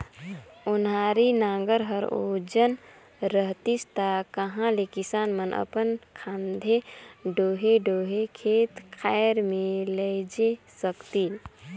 ओन्हारी नांगर हर ओजन रहतिस ता कहा ले किसान मन अपन खांधे डोहे डोहे खेत खाएर मे लेइजे सकतिन